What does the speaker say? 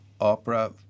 opera